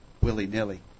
willy-nilly